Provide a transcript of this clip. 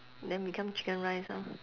then become chicken rice orh